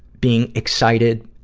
being excited,